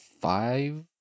five